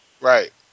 Right